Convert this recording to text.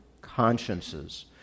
consciences